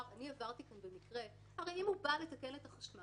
"אני עברתי כאן במקרה" הרי אם הוא בא לתקן את החשמל,